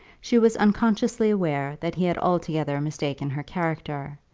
she was unconsciously aware that he had altogether mistaken her character,